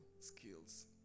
skills